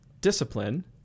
discipline